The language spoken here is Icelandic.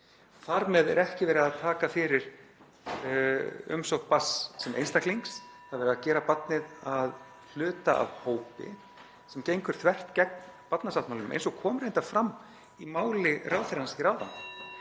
Þar með er ekki verið að taka fyrir umsókn barns sem einstaklings, (Forseti hringir.) það er verið að gera barnið að hluta af hópi sem gengur þvert gegn barnasáttmálanum, eins og kom reyndar fram í máli ráðherrans hér áðan.